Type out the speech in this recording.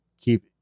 keep